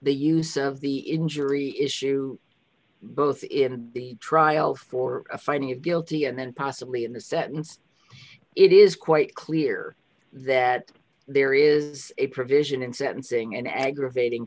the use of the injury issue both in the trial for a finding of guilty and then possibly in the sentence it is quite clear that there is a provision in sentencing an aggravating